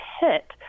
hit